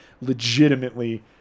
legitimately